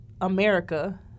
America